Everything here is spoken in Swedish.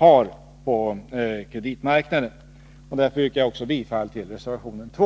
har på kreditmarknaden. Därför yrkar jag bifall också till reservation 2.